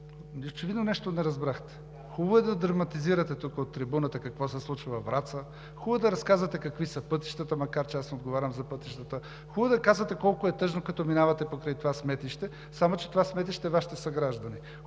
Очевидно нещо не разбрахте. Хубаво е да драматизирате от трибуната какво се случва във Враца, хубаво е да разказвате какви са пътищата, макар че аз не отговарям за пътищата, хубаво е да казвате колко е тъжно, като минавате покрай това сметище, само че това сметище е на Вашите съграждани.